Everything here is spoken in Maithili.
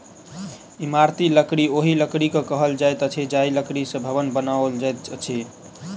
इमारती लकड़ी ओहि लकड़ी के कहल जाइत अछि जाहि लकड़ी सॅ भवन बनाओल जाइत अछि